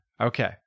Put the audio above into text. Okay